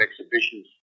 exhibitions